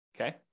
Okay